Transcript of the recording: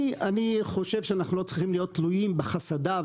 אני חושב שאנחנו לא צריכים להיות תלויים בחסדיו